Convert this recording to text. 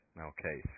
Okay